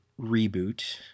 reboot